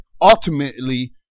ultimately